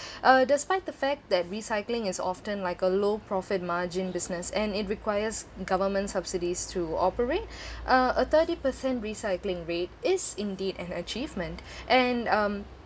uh despite the fact that recycling is often like a low-profit margin business and it requires government subsidies to operate uh a thirty per cent recycling rate is indeed an achievement and um